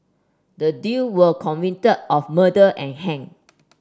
the duo were convicted of murder and hanged